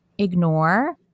ignore